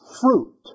fruit